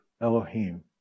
Elohim